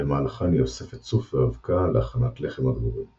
במהלכן היא אוספת צוף ואבקה להכנת לחם הדבורים;